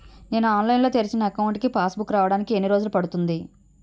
నేను ఆన్లైన్ లో తెరిచిన అకౌంట్ కి పాస్ బుక్ రావడానికి ఎన్ని రోజులు పడుతుంది?